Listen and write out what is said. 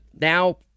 now